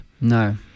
No